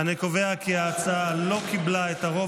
אני קובע כי ההצעה לא קיבלה את הרוב